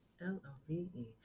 L-O-V-E